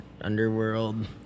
Underworld